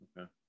okay